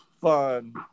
fun